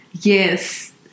Yes